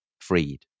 freed